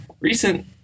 recent